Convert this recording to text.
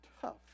tough